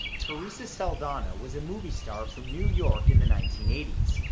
theresa saldana was a movie star from new york in the nineteen eighty s.